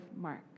Mark